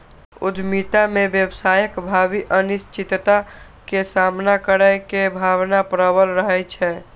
उद्यमिता मे व्यवसायक भावी अनिश्चितता के सामना करै के भावना प्रबल रहै छै